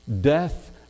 death